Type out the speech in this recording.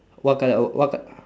what colour what colour